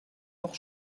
noch